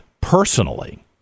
personally